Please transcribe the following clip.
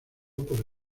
por